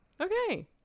Okay